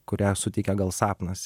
kurią suteikia gal sapnas